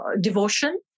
devotion